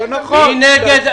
לא נכון.